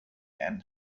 and